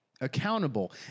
accountable